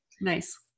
Nice